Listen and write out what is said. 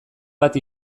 bat